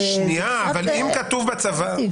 זה קצת בעייתי.